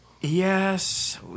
Yes